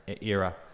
era